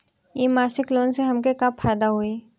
इ मासिक लोन से हमके का फायदा होई?